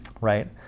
right